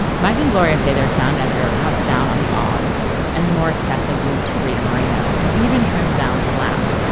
mike and gloria say their sound editor cuts down on the ahs and the more excessive whoops for rita moreno and even trims down some laughs,